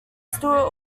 stewart